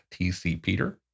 TCPeter